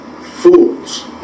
Fools